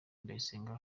ndayisenga